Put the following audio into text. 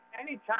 anytime